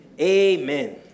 amen